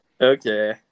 Okay